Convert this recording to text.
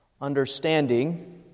understanding